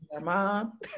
mom